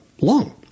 long